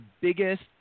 biggest